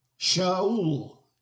Shaul